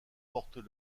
portent